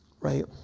Right